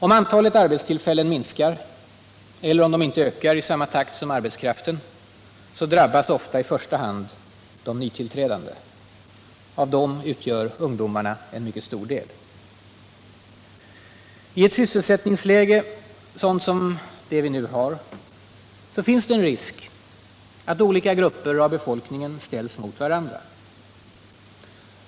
Om antalet arbetstillfällen minskar, eller om de inte ökar i samma takt som arbetskraften, drabbas ofta i första hand de nytillträdande. Av dem utgör ungdomarna en mycket stor del. I ett sysselsättningsläge sådant som det vi nu har finns det en risk att olika grupper av befolkningen ställs mot varandra.